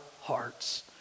hearts